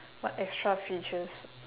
what extra features